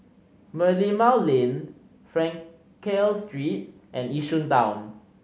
Merlimau Lane Frankel Street and Yishun Town